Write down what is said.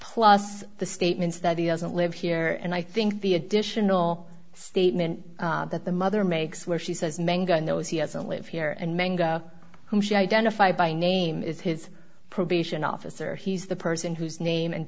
plus the statements that he doesn't live here and i think the additional statement that the mother makes where she says mangan knows he hasn't lived here and manga who she identified by name is his probation officer he's the person whose name and